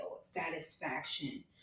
satisfaction